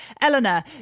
Eleanor